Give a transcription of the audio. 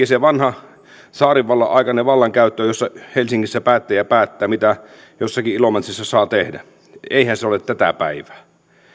se vanha tsaarinvallan aikainen vallankäyttö jossa helsingissä päättäjä päättää mitä jossakin ilomantsissa saa tehdä eihän se ole tätä päivää